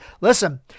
Listen